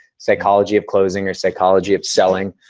psychology of closing or psychology of selling.